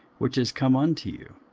which is come unto you,